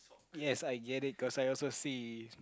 yes I get it cause I also see